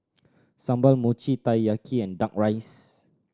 sambal Mochi Taiyaki and Duck Rice